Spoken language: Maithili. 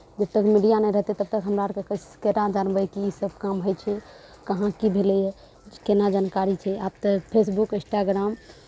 जब तक मीडिया नहि रहतै तब तक हमरा आरके कैस केना जानबै कीसभ काम होइ छै कहाँ की भेलैए केना जानकारी छै आब तऽ फेसबुक इन्स्टाग्राम